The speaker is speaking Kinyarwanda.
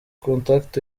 contact